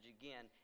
again